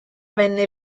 venne